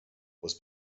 was